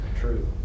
true